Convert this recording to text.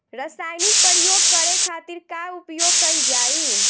रसायनिक प्रयोग करे खातिर का उपयोग कईल जाइ?